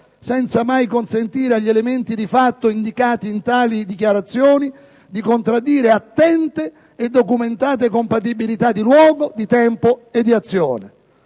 senza mai consentire agli elementi di fatto indicati in tali dichiarazioni di contraddire attente e documentate compatibilità di luogo, di tempo e di azione.